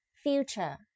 future